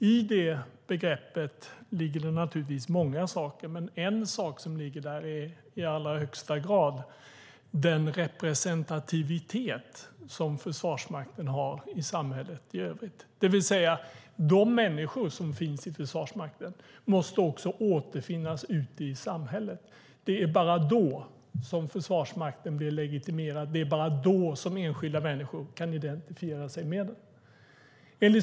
I det begreppet ligger naturligtvis många saker, och en är den representativitet som Försvarsmakten har i samhället i övrigt, det vill säga att de människor som finns i Försvarsmakten måste återfinnas ute i samhället. Det är bara då som Försvarsmakten blir legitimerad; det är bara då som enskilda människor kan identifiera sig med den.